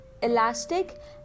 elastic